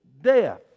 death